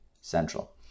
central